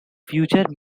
future